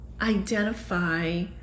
identify